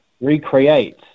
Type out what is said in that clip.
recreate